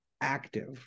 active